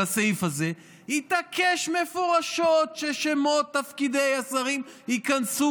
על הסעיף הזה התעקש מפורשות ששמות תפקידי השרים ייכנסו,